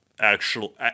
actual